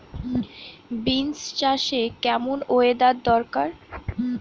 Beans চাষে কেমন weather দরকার?